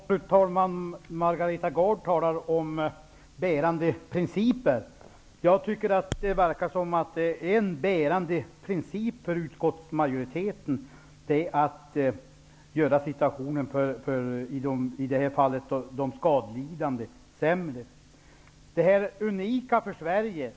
Fru talman! Margareta Gard talar om bärande principer. Jag tycker att det verkar som om en bärande princip för utskottsmajoriteten är att göra situationen för de skadelidande sämre.